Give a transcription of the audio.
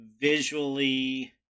visually